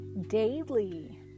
daily